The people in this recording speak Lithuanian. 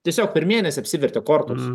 tiesiog per mėnesį apsivertė kortos